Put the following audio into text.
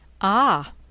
Ah